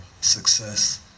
success